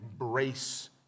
embrace